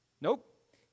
Nope